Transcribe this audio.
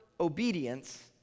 obedience